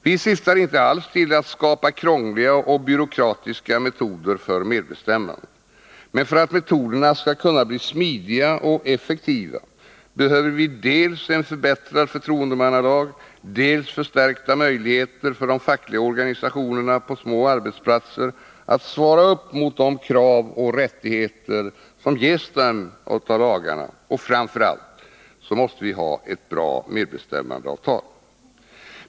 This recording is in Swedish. Vi syftar inte alls till att skapa krångliga och byråkratiska metoder för medbestämmandet, men för att metoderna skall kunna bli smidiga och effektiva behöver vi dels en förbättrad förtroendemannalag, dels förstärkta möjligheter för de fackliga organisationerna på små arbetsplatser att svara upp mot de krav som ställs på dem och de rättigheter som ges dem av lagarna. Och framför allt: ett bra medbestämmandeavtal.